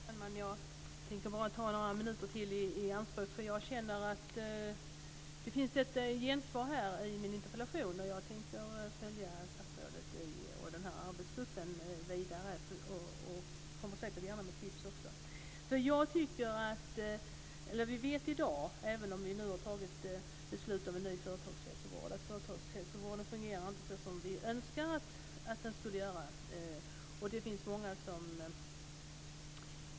Fru talman! Jag tänkte bara ta några minuter till i anspråk. Jag känner att det finns ett gensvar här för min interpellation och jag tänker följa statsrådet och arbetsgruppen vidare och kommer säkert gärna också med tips. Även om vi nu har fattat beslut om en ny företagshälsovård vet vi i dag att den inte fungerar så som vi önskar att den skulle göra.